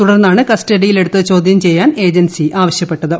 തുടർന്നാണ് കസ്റ്റഡിയിലെടുത്ത് ചോദ്യം ചെയ്യാൻ ഏജൻസി ആവശ്യപ്പെട്ടത്